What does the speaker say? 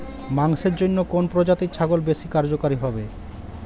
মাংসের জন্য কোন প্রজাতির ছাগল বেশি কার্যকরী হবে?